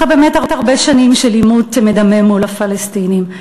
אחרי באמת הרבה שנים של עימות מדמם מול הפלסטינים.